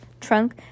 trunk